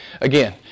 Again